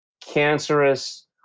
cancerous